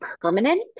permanent